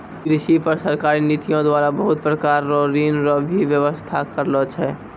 कृषि पर सरकारी नीतियो द्वारा बहुत प्रकार रो ऋण रो भी वेवस्था करलो छै